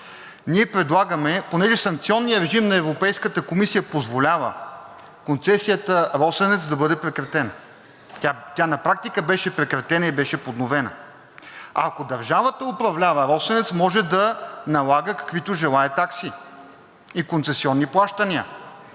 беше следната: понеже санкционният режим на Европейската комисия позволява концесията „Росенец“ да бъде прекратена, тя на практика беше прекратена и беше подновена. Ако държавата управлява „Росенец“, може да налага каквито желае такси и концесионни плащания.